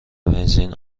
بنزین